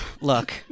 Look